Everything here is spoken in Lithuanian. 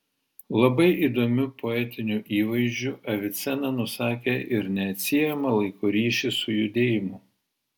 labai įdomiu poetiniu įvaizdžiu avicena nusakė ir neatsiejamą laiko ryšį su judėjimu